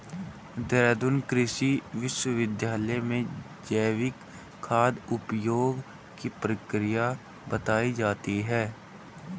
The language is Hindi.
देहरादून कृषि विश्वविद्यालय में जैविक खाद उपयोग की प्रक्रिया बताई जाती है